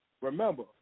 Remember